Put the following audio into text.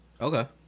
Okay